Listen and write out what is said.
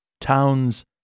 towns